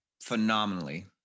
phenomenally